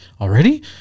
already